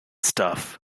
stuff